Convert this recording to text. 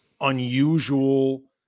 unusual